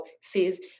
says